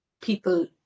people